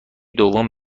دوم